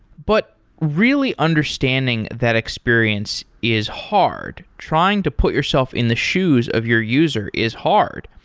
but really understanding that experience is hard. trying to put yourself in the shoes of your user is hard.